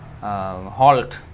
halt